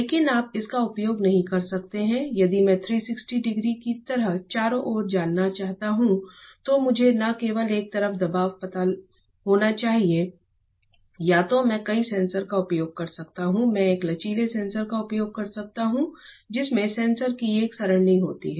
लेकिन आप इसका उपयोग नहीं कर सकते हैं यदि मैं 360 डिग्री की तरह चारों ओर जानना चाहता हूं तो मुझे न केवल एक तरफ दबाव पता होना चाहिए या तो मैं कई सेंसर का उपयोग कर सकता हूं मैं एक लचीले सेंसर का उपयोग कर सकता हूं जिसमें सेंसर की एक सरणी होती है